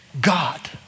God